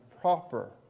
proper